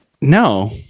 No